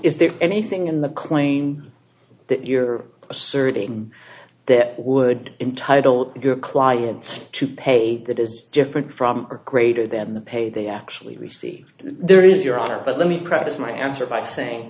is there anything in the claim that you're asserting that would entitle your client to pay that is different from or greater than the pay they actually received there is your honor but let me preface my answer by saying